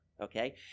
okay